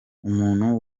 umuntu